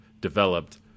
developed